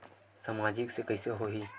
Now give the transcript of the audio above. सामाजिक से कइसे होही?